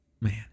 Man